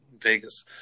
Vegas